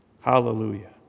Hallelujah